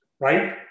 right